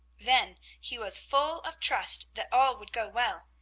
then he was full of trust that all would go well,